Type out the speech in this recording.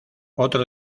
otro